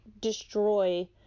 destroy